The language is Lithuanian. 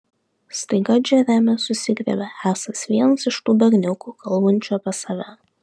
staiga džeremis susigriebia esąs vienas iš tų berniukų kalbančių apie save